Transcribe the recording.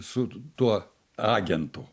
su tuo agentu